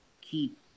keep